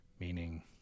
meaning